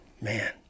man